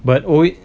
but always